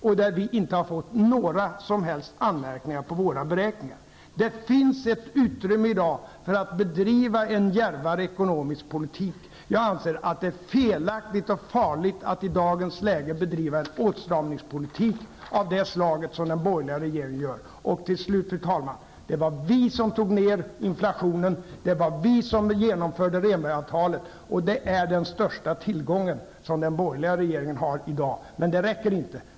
Vi har inte fått några som helst anmärkningar beträffande våra beräkningar. Det finns ett utrymme i dag för att bedriva en djärvare ekonomisk politik. Jag anser att det är felaktigt och farligt att i dagens läge bedriva en åtstramningspolitik av det slag som den borgerliga regeringen för. Till slut, fru talman, vill jag säga: Det var vi som tog ner inflationen. Det var vi som genomförde Rehnbergsavtalet. Det här är den borgerliga regeringens största tillgång i dag. Men det räcker inte.